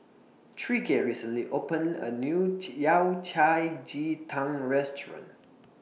Tyreke recently opened A New Ji Yao Cai Ji Tang Restaurant